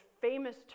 famous